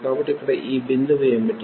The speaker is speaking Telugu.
కాబట్టి ఇక్కడ ఈ భిందువు ఏమిటి